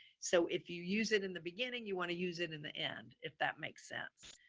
so if you use it in the beginning, you want to use it in the end, if that makes sense.